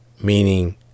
meaning